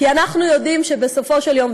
כי אנחנו יודעים שבסופו של יום,